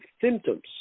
symptoms